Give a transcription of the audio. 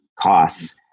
costs